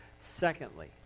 Secondly